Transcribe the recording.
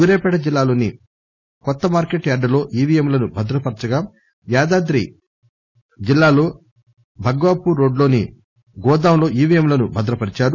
సూర్యాపేట జిల్లాలోని కొత్త మార్కెట్ యార్గులో ఈవీఎంలను భద్రపర్సగా యాదాద్రి జిల్లాలో భగ్వాపూర్ రోడ్ లోని గోదాంలో ఈవీఎంలను భద్రపరిచారు